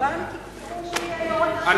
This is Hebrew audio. בבנק יקבעו שיהיה, זה עוד יותר מסוכן.